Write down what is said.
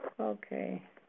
Okay